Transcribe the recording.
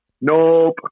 Nope